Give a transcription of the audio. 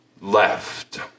left